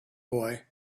boy